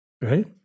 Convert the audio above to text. right